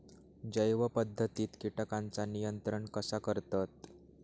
जैव पध्दतीत किटकांचा नियंत्रण कसा करतत?